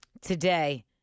Today